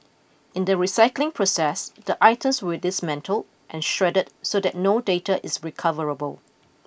in the recycling process the items will dismantle and shred so that no data is recoverable